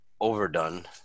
overdone